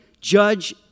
judge